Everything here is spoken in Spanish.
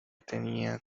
tenía